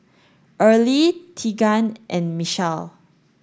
Early Tegan and Michele